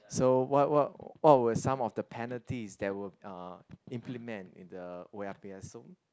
so what what what were some of the penalties that were uh implement in the oya-beh-ya-som